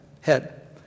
head